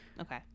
Okay